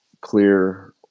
clear